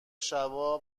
شبا